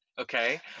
okay